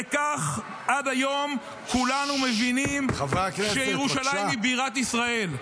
וכך עד היום כולנו מבינים שירושלים היא בירת ישראל.